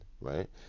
right